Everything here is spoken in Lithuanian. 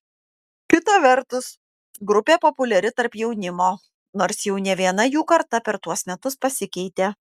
kita vertus grupė populiari tarp jaunimo nors jau ne viena jų karta per tuos metus pasikeitė